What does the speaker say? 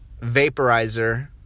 vaporizer